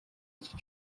iki